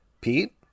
Pete